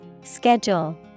Schedule